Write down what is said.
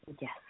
Yes